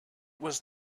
was